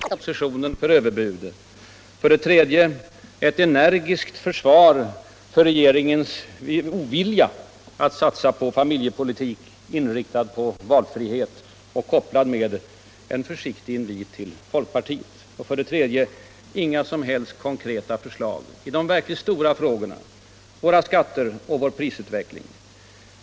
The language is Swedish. Herr talman! Statsministerns tal var i stort sett uppbyggt som hans tal brukar vara nu för tiden. För det första berömmande ord om regeringens insatser. För det andra klander, riktat mot oppositionen, för överbud. För det tredje ett energiskt försvar för regeringens ovilja att satsa på en familjepolitik, inriktad på valfrihet — detta kopplat med en försiktig invit till folkpartiet. För det fjärde inga som helst konkreta förslag i de verkligt stora frågorna — våra skatter och vår prisutveckling.